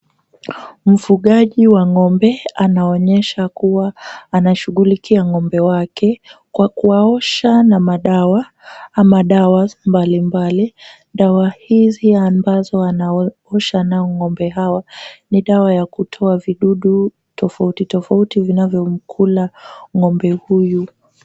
Mfugaji wa ng'ombe anaonyesha kuwa anashughulikia ng'ombe wake kwa kuwaosha na madawa ama dawa mbalimbali. Dawa hizi ambazo anawaosha nao ng'ombe hawa ni dawa ya kutoa vidudu tofauti tofauti vinavyomkula ng'ombe huyu.